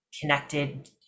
connected